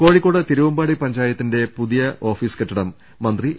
കോഴിക്കോട് തിരുവമ്പാടി പഞ്ചായത്തിന്റെ പുതിയ ഓഫീസ് കെട്ടിടം മന്ത്രി എ